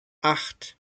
acht